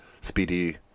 Speedy